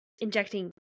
injecting